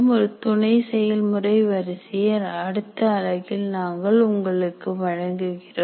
ஒரு துணை செயல்முறை வரிசையை அடுத்து அலகில் நாங்கள் உங்களுக்கு வழங்குகிறோம்